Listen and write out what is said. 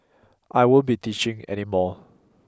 I won't be teaching any more